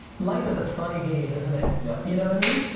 life is a funny game isn't it? yeah. you know what i mean?